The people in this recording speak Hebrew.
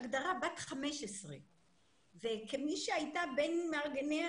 הגדרה בת 15. כמי שהייתה בין מארגניה